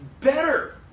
better